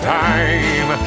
time